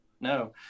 No